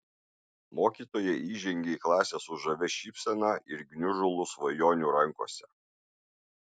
mokytoja įžengė į klasę su žavia šypsena ir gniužulu svajonių rankose